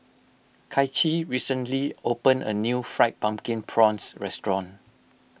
Kaichi recently opened a new Fried Pumpkin Prawns restaurant